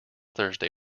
thursday